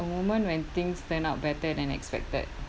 a moment when things turn out better than expected